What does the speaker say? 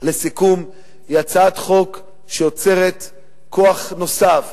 היא הצעת חוק שיוצרת כוח נוסף,